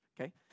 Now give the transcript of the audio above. okay